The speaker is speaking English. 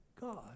God